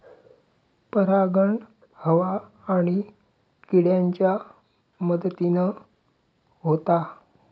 परागण हवा आणि किड्यांच्या मदतीन होता